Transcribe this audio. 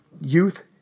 youth